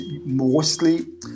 mostly